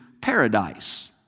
paradise